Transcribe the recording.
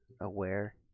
aware